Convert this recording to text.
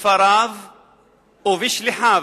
בספריו ובשליחיו,